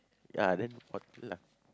ya then lah